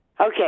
Okay